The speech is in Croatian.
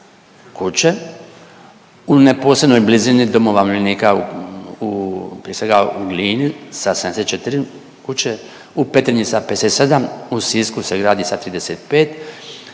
kuće u neposrednoj blizini domova umirovljenika u, prije svega u Glini sa 74 kuće, u Petrinji sa 57, u Sisku se gradi sa 35